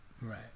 Right